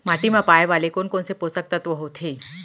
माटी मा पाए वाले कोन कोन से पोसक तत्व होथे?